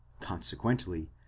consequently